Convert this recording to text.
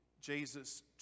Jesus